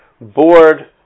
board